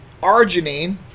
arginine